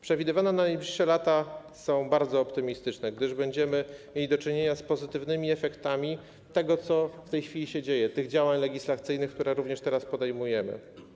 Przewidywania na najbliższe lata są bardzo optymistyczne, gdyż będziemy mieli do czynienia z pozytywnymi efektami tego, co w tej chwili się dzieje, tych działań legislacyjnych, które również teraz podejmujemy.